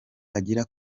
agira